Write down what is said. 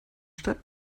stadt